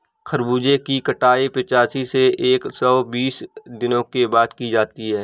खरबूजे की कटाई पिचासी से एक सो बीस दिनों के बाद की जाती है